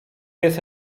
jest